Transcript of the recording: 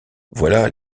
voilà